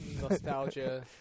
nostalgia